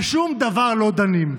על שום דבר לא דנים.